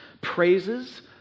praises